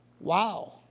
Wow